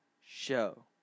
show